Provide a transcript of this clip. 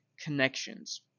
connections